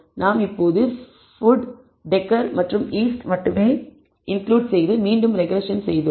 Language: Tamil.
நாம் இப்போது ஃபுட் டெகர் மற்றும் ஈஸ்ட் மட்டுமே இன்கிளுட் செய்து மீண்டும் ரெக்ரெஸ்ஸன் செய்துள்ளோம்